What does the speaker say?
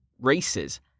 races